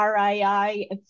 RII